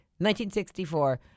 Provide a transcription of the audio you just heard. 1964